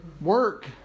Work